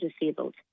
disabled